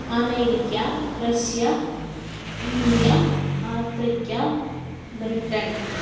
America Russia India Africa Britain